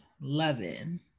loving